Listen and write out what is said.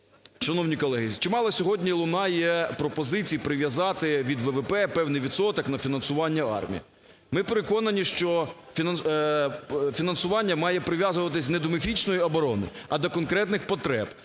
шановні колеги, чимало сьогодні лунає пропозицій прив'язати від ВВП певний відсоток на фінансування армії. Ми переконані, що фінансування має прив'язуватись не до міфічної оборони, а до конкретних потреб,